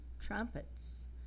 trumpets